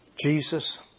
Jesus